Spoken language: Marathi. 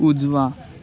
उजवा